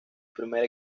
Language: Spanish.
primer